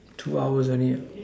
two hours earlier